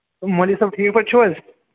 مولوی صٲب ٹھیٖک پٲٹھۍ چھِو حظ